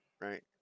right